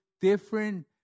different